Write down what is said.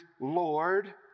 Lord